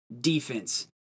defense